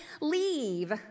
leave